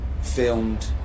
filmed